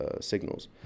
signals